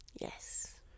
yes